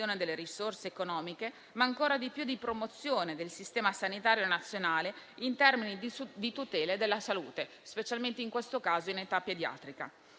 delle risorse economiche, ma ancora di più di promozione del sistema sanitario nazionale in termini di tutela della salute, specialmente in età pediatrica